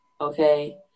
Okay